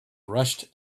rushed